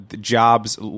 jobs